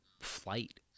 flight